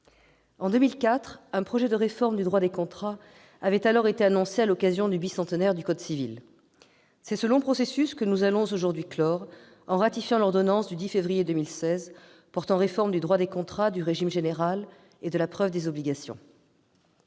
civil, un projet de réforme du droit des contrats avait été annoncé. C'est ce long processus que nous allons aujourd'hui clore, en ratifiant l'ordonnance du 10 février 2016 portant réforme du droit des contrats, du régime général et de la preuve des obligations.